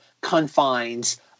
confines